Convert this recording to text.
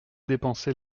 dépenser